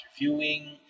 reviewing